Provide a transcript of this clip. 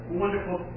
wonderful